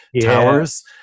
towers